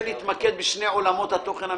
להתמקד בשני עולמות התוכן המרכזיים.